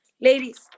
Ladies